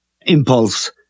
impulse